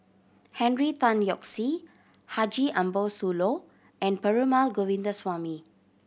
Henry Tan Yoke See Haji Ambo Sooloh and Perumal Govindaswamy